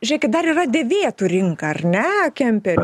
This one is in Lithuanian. žėkit dar yra dėvėtų rinka ar ne kemperių